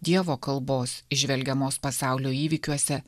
dievo kalbos įžvelgiamos pasaulio įvykiuose